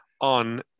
on